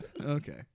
Okay